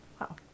Wow